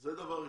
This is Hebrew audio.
זה דבר ראשון.